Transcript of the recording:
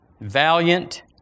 valiant